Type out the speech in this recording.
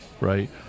right